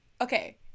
okay